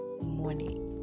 morning